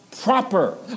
proper